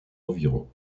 environs